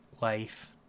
life